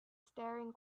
staring